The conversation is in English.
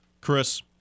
Chris